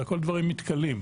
זה הכול דברים מתכלים,